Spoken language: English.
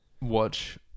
watch